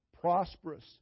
prosperous